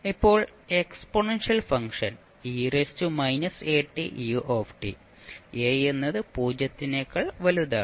ഇപ്പോൾ എക്സ്പോണൻഷ്യൽ ഫംഗ്ഷന് a എന്നത് 0 നേക്കാൾ വലുതാണ്